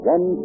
One